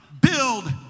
build